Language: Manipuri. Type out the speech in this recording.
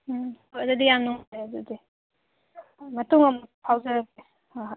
ꯎꯝ ꯍꯣꯏ ꯑꯗꯨꯗꯤ ꯌꯥꯝ ꯅꯨꯡꯉꯥꯏꯔꯦ ꯑꯗꯨꯗꯤ ꯃꯇꯨꯡ ꯑꯃꯨꯛ ꯐꯥꯎꯖꯔꯛꯀꯦ ꯍꯣꯏ ꯍꯣꯏ